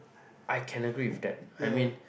I can agree with that I mean